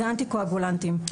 זה אנטיקואגולנטים,